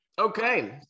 okay